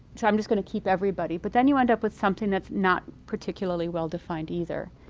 so i'm just going to keep everybody. but then you end up with something that's not particularly well defined either,